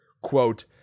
Quote